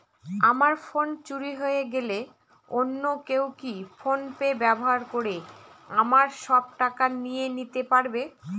আমার ফোন চুরি হয়ে গেলে অন্য কেউ কি ফোন পে ব্যবহার করে আমার সব টাকা নিয়ে নিতে পারবে?